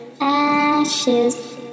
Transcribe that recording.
ashes